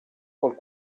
col